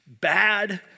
bad